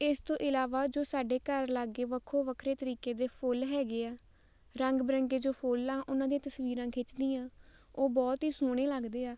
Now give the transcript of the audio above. ਇਸ ਤੋਂ ਇਲਾਵਾ ਜੋ ਸਾਡੇ ਘਰ ਲਾਗੇ ਵੱਖੋ ਵੱਖਰੇ ਤਰੀਕੇ ਦੇ ਫੁੱਲ ਹੈਗੇ ਆ ਰੰਗ ਬਿਰੰਗੇ ਜੋ ਫੁੱਲ ਆ ਉਹਨਾਂ ਦੀਆਂ ਤਸਵੀਰਾਂ ਖਿੱਚਦੀ ਹਾਂ ਉਹ ਬਹੁਤ ਹੀ ਸੋਹਣੇ ਲੱਗਦੇ ਆ